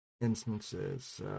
instances